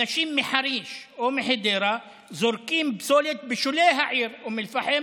אנשים מחריש או מחדרה זורקים פסולת בשולי העיר אום אל-פחם